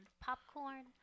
popcorn